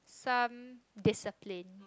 some discipline